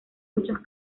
muchos